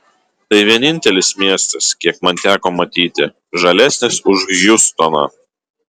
tai vienintelis miestas kiek man teko matyti žalesnis už hjustoną